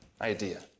idea